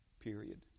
period